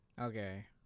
Okay